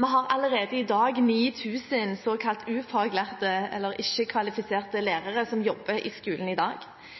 Vi har allerede i dag 9 000 såkalt ufaglærte eller ikke kvalifiserte lærere som jobber i skolen, vi har en reservestyrke av lærere som ikke er i